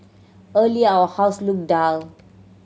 earlier our house looked dull